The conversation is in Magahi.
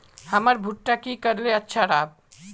हमर भुट्टा की करले अच्छा राब?